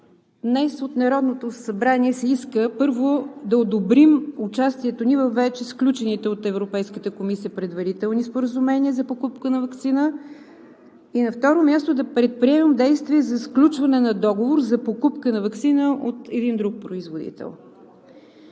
днес от Народното събрание се иска, първо, да одобрим участието ни във вече сключените от Европейската комисия предварителни споразумения за покупка на ваксина и, на второ място, да предприемем действие за сключване на договор за покупка на ваксина и от един друг производител.